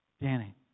Danny